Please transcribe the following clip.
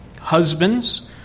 Husbands